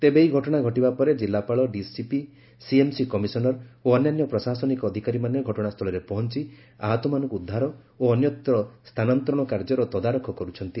ତେବେ ଏହି ଘଟଶା ଘଟିବାପରେ ଜିଲ୍ଲାପାଳ ଡିସିପି ସିଏମ୍ସି କମିସନର ଓ ଅନ୍ୟାନ୍ୟ ପ୍ରଶାସନିକ ଅଧିକାରୀମାନେ ଘଟଶାସ୍ଚଳରେ ପହଞ୍ ଆହତମାନଙ୍କୁ ଉଦ୍ଧାର ଓ ଅନ୍ୟତ୍ର ସ୍ତାନାନ୍ତରଣ କାର୍ଯ୍ୟର ତଦାରଖ କରୁଛନ୍ତି